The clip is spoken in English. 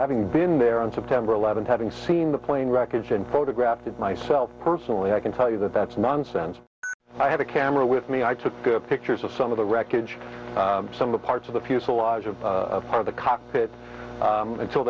having been there on september eleventh having seen the plane wreckage and photographed it myself personally i can tell you that that's nonsense i had a camera with me i took pictures of some of the wreckage some of the parts of the fuselage of part of the cockpit until